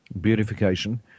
beautification